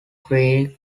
greek